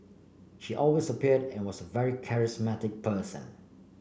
she always appeared and was very charismatic person